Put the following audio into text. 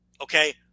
Okay